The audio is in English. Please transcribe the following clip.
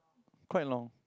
quite long